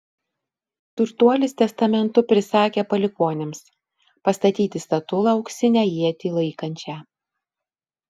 turtuolis testamentu prisakė palikuonims pastatyti statulą auksinę ietį laikančią